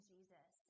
Jesus